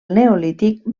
neolític